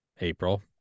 April